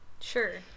Sure